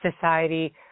society